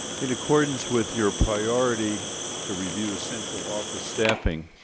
in accordance with your priority to review central office staffing